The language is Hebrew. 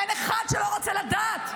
אין אחד שלא רוצה לדעת.